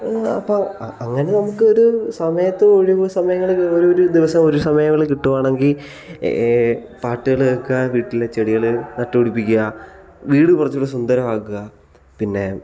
അപ്പം അങ്ങനെ നമുക്ക് ഒരു സമയത്ത് ഒഴിവു സമയങ്ങളിൽ ഒരു ദിവസം ഒഴിവു സമയം കിട്ടുകയാണെങ്കിൽ പാട്ടുകൾ കേൾക്കുക വീട്ടിൽ ചെടികൾ നട്ടു പിടിപ്പിക്കുക വീട് കുറച്ചും കൂടി സുന്ദരമാക്കുക പിന്നെ